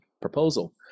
proposal